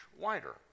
wider